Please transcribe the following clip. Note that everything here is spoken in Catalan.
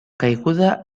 caiguda